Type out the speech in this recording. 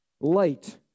Light